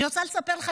אני רוצה לספר לך,